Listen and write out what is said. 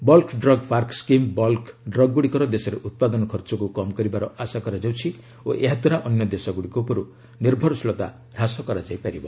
bulk drug park scheme bulk ଡ୍ରଗ୍ଗୁଡ଼ିକର ଦେଶରେ ଉତ୍ପାଦନ ଖର୍ଚ୍ଚକୁ କମ୍ କରିବାର ଆଶା କରାଯାଉଛି ଓ ଏହାଦ୍ୱାରା ଅନ୍ୟ ଦେଶଗୁଡ଼ିକ ଉପରୁ ନିର୍ଭରଶୀଳତା ହ୍ରାସ କରାଯାଇ ପାରିବ